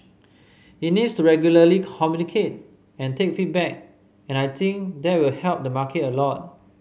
he needs to regularly communicate and take feedback and I think that will help the market a lot